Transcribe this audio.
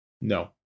no